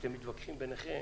כשאתם מתווכחים ביניכם,